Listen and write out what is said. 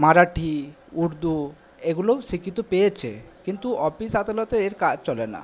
মারাঠি উর্দু এগুলোও স্বীকৃতি পেয়েছে কিন্তু অফিস আদালতে এর কাজ চলে না